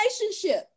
relationship